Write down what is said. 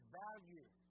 value